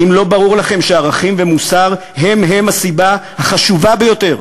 האם לא ברור לכם שערכים ומוסר הם-הם הסיבה החשובה ביותר